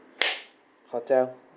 hotel